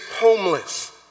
homeless